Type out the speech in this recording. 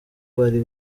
bari